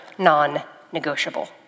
non-negotiable